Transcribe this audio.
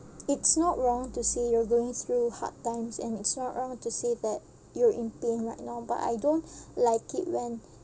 it's not wrong to say you're going through hard times and it's not wrong to say that you're in pain right now but I don't like it when